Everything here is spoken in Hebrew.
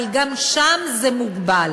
אבל גם שם זה מוגבל.